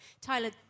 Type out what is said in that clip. Tyler